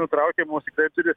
nutraukiamos turi